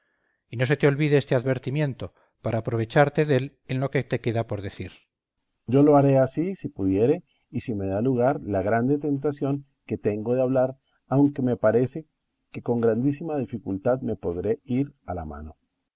y no se te olvide este advertimiento para aprovecharte dél en lo que te queda por decir berganza yo lo haré así si pudiere y si me da lugar la grande tentación que tengo de hablar aunque me parece que con grandísima dificultad me podré ir a la mano